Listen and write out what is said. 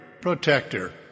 protector